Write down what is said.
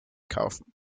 kaufen